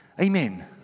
Amen